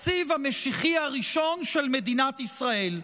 התקציב המשיחי הראשון של מדינת ישראל.